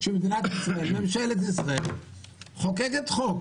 שבמדינת ישראל ממשלת ישראל מחוקקת חוק